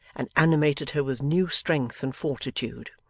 and animated her with new strength and fortitude.